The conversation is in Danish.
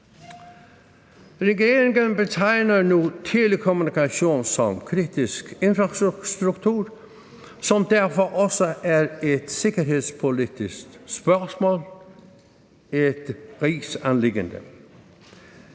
Regeringen betegner nu telekommunikation som kritisk infrastruktur, som dermed også er et sikkerhedspolitisk spørgsmål, et rigsanliggende.